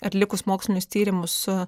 atlikus mokslinius tyrimus su